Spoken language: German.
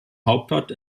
hauptort